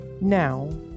Now